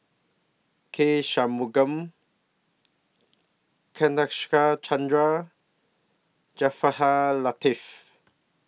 K Shanmugam Nadasen Chandra Jaafar Ha Latiff